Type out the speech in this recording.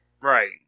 Right